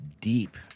deep